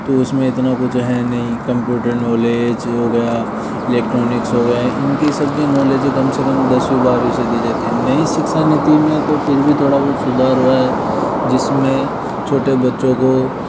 तो उसमें इतना कुछ है नहीं कंप्यूटर नौलेज हो गया इलेक्ट्रॉनिक्स हो गए इनकी सब की नौलेज कम से कम दसवीं बारहवीं से दी जाती है नई शिक्षा नीति में तो फ़िर भी थोड़ा बहुत सुधार हुआ है जिसमें छोटे बच्चों को